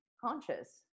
conscious